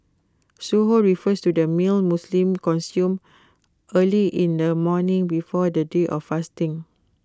Suhoor refers to the meal Muslims consume early in the morning before the day of fasting